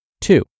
Two